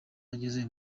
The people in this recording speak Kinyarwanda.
yageze